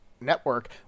Network